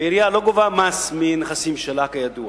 ועירייה לא גובה מס מנכסים שלה, כידוע.